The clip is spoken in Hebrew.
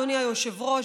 אדוני היושב-ראש,